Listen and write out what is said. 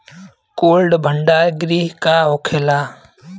Cold भण्डार गृह का होखेला?